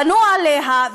בנו עליה,